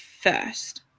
first